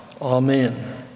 Amen